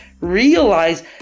realize